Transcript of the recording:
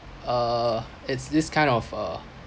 uh it's this kind of uh